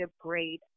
great